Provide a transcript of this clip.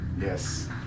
yes